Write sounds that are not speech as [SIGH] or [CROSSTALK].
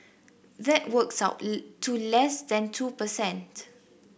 that works out [UNINTELLIGIBLE] to less than two per cent